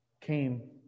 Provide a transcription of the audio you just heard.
came